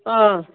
ꯑꯥ